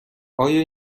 آیا